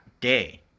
day